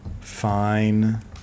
fine